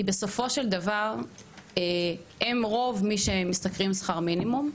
כי סופו של דבר הם רוב מי שמשתכרים בשכר מינימום,